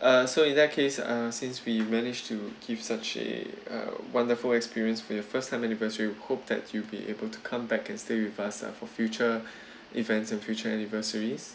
uh so in that case uh since we managed to give such a uh wonderful experience with for your first time anniversary we hope that you'll be able to come back and stay with us uh for future events and future anniversaries